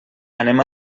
anem